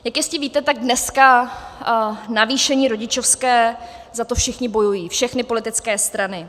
Jak jistě víte, tak dneska navýšení rodičovské, za to všichni bojují, všechny politické strany.